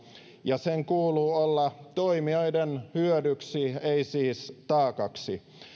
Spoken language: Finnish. ja sen kuuluu olla toimijoiden hyödyksi ei siis taakaksi